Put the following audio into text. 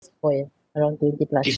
orh ya around twenty plus